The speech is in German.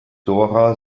dora